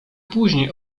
później